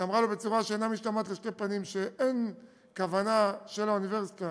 ואמרה לו בצורה שאינה משתמעת לשתי פנים שאין כוונה של האוניברסיטה